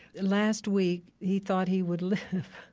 last week he thought he would live,